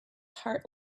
heart